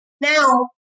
Now